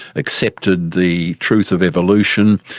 accepted the truth of evolution,